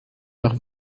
nach